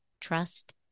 trust